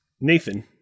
Nathan